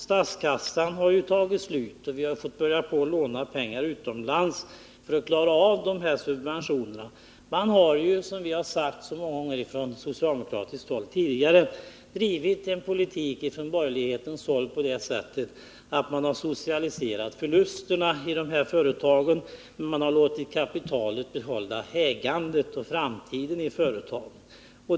Statskassan har tagit slut, och vi har fått börja låna pengar utomlands för att klara de här subventionerna. Vi har sagt många gånger från socialdemokratiskt håll att de borgerliga har drivit en politik som inneburit att man har socialiserat förlusterna, men man har låtit kapitalet behålla ägandet och framtiden i företagen.